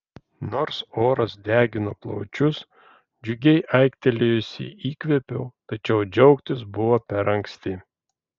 nors oras degino plaučius džiugiai aiktelėjusi įkvėpiau tačiau džiaugtis buvo per anksti